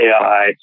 AI